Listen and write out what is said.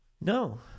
No